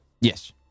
Yes